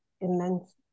immense